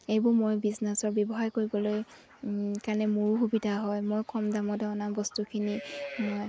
এইবোৰ মই বিজনেছৰ ব্যৱসায় কৰিবলৈ কাৰণে মোৰো সুবিধা হয় মোৰ কম দামতে অনা বস্তুখিনি মই